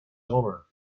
honor